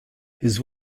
his